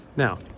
Now